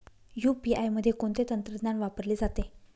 UPI मध्ये कोणते तंत्रज्ञान वापरले जाते?